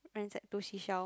right hand side two seashell